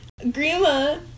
Grima